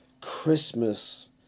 Christmas